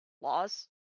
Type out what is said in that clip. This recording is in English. Laws